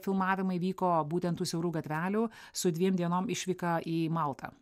filmavimai vyko būtent tų siaurų gatvelių su dviem dienom išvyka į maltą